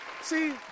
See